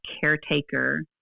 caretaker